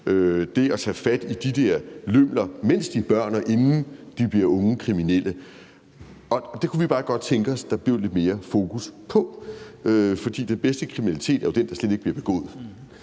det at tage fat i de der lømler, mens de børn, og inden de bliver unge kriminelle. Det kunne vi bare godt tænke os at der blev lidt mere fokus på, for den bedste kriminalitet er jo den, der slet ikke bliver begået.